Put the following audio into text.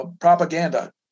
propaganda